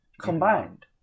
combined